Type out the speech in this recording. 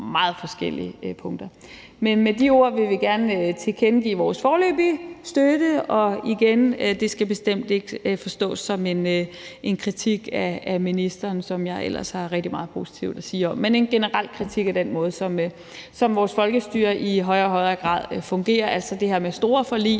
meget forskellige punkter. Men med de ord vil vi gerne tilkendegive vores foreløbige støtte, og det skal igen bestemt ikke forstås som en kritik af ministeren, som jeg ellers har rigtig meget positivt at sige om, men det er en generel kritik af den måde, som vores folkestyre i højere og højere grad fungerer på, altså det her med store forlig,